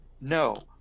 No